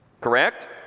Correct